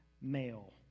male